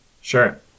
Sure